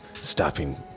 stopping